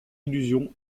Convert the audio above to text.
illusion